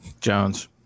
Jones